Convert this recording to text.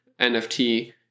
NFT